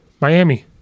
Miami